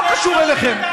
מה קשור אליכם?